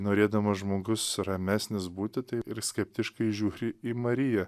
norėdamas žmogus ramesnis būti tai ir skeptiškai žiūri į mariją